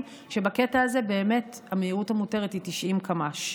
שבקטע הזה באמת המהירות המותרת היא 90 קמ"ש.